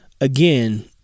again